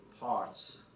parts